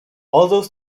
although